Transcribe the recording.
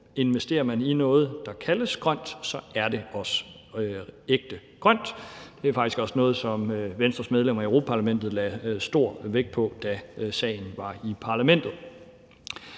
investerer man i noget, der kaldes grønt, så er det også ægte grønt. Det er faktisk også noget, som Venstres medlemmer i Europa-Parlamentet lagde stor vægt på, da sagen var i Parlamentet.